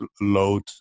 load